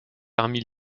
parmi